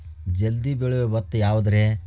ಜಲ್ದಿ ಬೆಳಿಯೊ ಭತ್ತ ಯಾವುದ್ರೇ?